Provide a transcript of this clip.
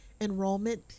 enrollment